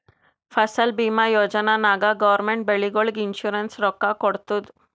ಫಸಲ್ ಭೀಮಾ ಯೋಜನಾ ನಾಗ್ ಗೌರ್ಮೆಂಟ್ ಬೆಳಿಗೊಳಿಗ್ ಇನ್ಸೂರೆನ್ಸ್ ರೊಕ್ಕಾ ಕೊಡ್ತುದ್